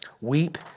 Weep